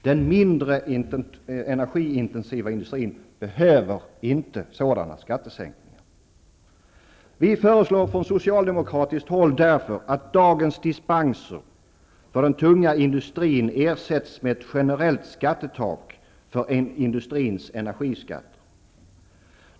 Den mindre energiintensiva industrin behöver inte sådana skattesänkningar. Vi föreslår därför från socialdemokratiskt håll att dagens dispenser för den tunga industrin ersätts med ett generellt skattetak för industrins energiskatter.